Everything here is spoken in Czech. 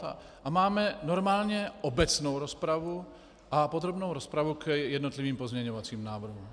A máme normálně obecnou rozpravu a podrobnou rozpravu k jednotlivým pozměňovacím návrhům.